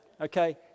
okay